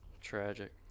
Tragic